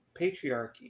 patriarchy